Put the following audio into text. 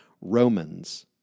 Romans